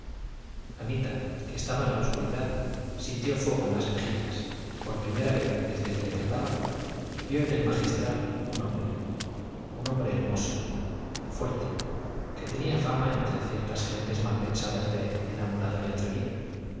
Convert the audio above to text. anita que estaba en la obscuridad sintió fuego en las mejillas y por la primera vez desde que le trataba vio en el magistral un hombre un hombre hermoso fuerte que tenía fama entre ciertas gentes mal pensadas de enamorado y atrevido